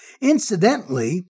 Incidentally